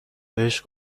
بهش